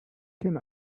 can